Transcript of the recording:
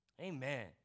Amen